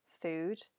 food